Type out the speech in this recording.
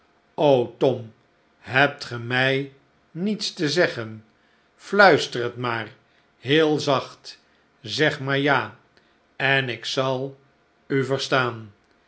tom hebt ge mij niets te zeggen fluister het maar heel zacht zeg maar ja en ik zal u verstaan